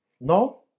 No